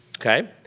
okay